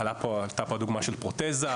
עלתה פה הדוגמה של פרוטזה,